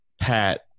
Pat